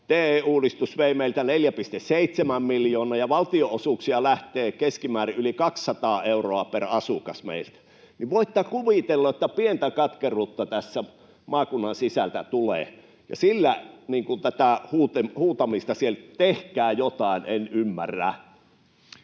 TE-uudistus vei meiltä 4,7 miljoonaa ja valtionosuuksia lähtee meiltä keskimäärin yli 200 euroa per asukas, niin voitte kuvitella, että pientä katkeruutta tässä maakunnan sisältä tulee, ja siksi en ymmärrä